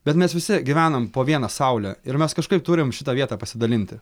bet mes visi gyvenam po viena saule ir mes kažkaip turim šitą vietą pasidalinti